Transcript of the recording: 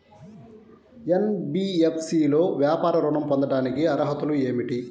NBFC లో వ్యాపార ఋణం పొందటానికి అర్హతలు ఏమిటీ?